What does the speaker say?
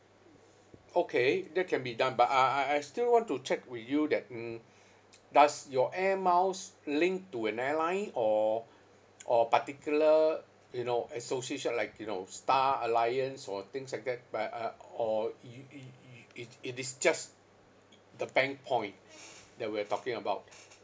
okay that can be done but uh uh I still want to check with you that mm does your Air Miles link to an airline or or particular you know association like you know star alliance or things like that but uh or y~ y~ y~ it it is just the bank point that we are talking about